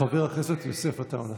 חבר הכנסת יוסף עטאונה.